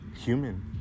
human